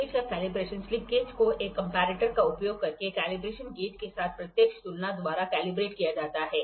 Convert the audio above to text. slip gauge का calibration slip gauge को एक कंमपेरटर का उपयोग करके कैलिब्रेशन गेज के साथ प्रत्यक्ष तुलना द्वारा कैलिब्रेट किया जाता है